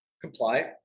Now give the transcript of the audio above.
comply